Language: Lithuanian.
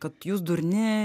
kad jūs durni